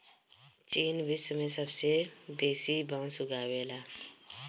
चीन विश्व में सबसे बेसी बांस उगावेला